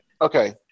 Okay